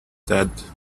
dead